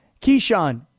Keyshawn